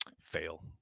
Fail